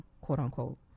quote-unquote